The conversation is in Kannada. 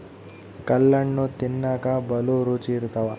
ಕಲ್ಲಣ್ಣು ತಿನ್ನಕ ಬಲೂ ರುಚಿ ಇರ್ತವ